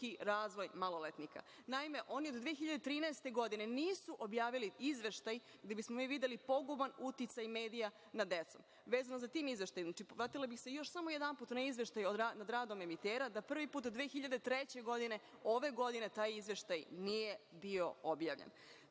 fizički maloletnika. Naime, oni do 2013. godine nisu objavili izveštaj gde bismo mi videli poguban uticaj medija nad decom. Vezano za taj izveštaj, vratila bih se samo još jedanput na izveštaj o radu emitera, da prvi put od 2003. godine ove godine taj izveštaj nije bio objavljen.S